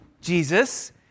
Jesus